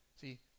See